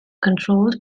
controlled